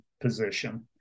position